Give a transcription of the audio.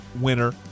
winner